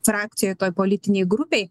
frakcijoj toj politinėj grupėj